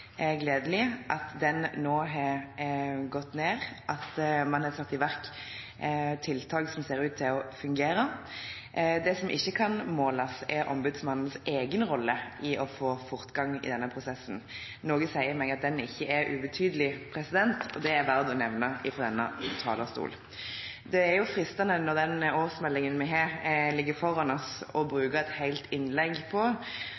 er veldig gledelig at den nå har gått ned, og at man har satt i verk tiltak som ser ut til å fungere. Det som ikke kan måles, er Ombudsmannens egen rolle i å få fortgang i denne prosessen. Noe sier meg at den ikke er ubetydelig, og det er verdt å nevne fra denne talerstolen. Det er jo fristende når årsmeldingen ligger foran oss, å bruke et helt innlegg på